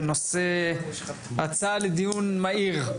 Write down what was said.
בנושא הצעה לדיון מהיר,